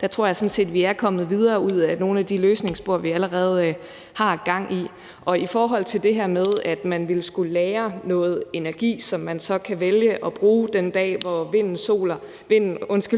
Der tror jeg sådan set, at vi er kommet videre ud af nogle af de løsningsspor, vi allerede har gang i. Og i forhold til det her med, at man vil skulle lagre noget energi, som man så kan vælge at bruge den dag, hvor